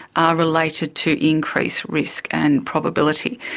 are related to increased risk and probability.